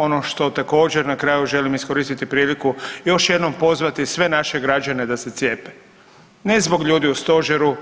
Ono što također na kraju želim iskoristiti priliku još jednom pozvati sve naše građane da se cijepe ne zbog ljudi u stožeru